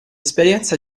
esperienza